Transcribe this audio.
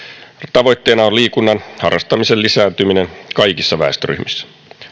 tavoitteena on liikunnan harrastamisen lisääntyminen kaikissa väestöryhmissä